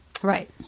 Right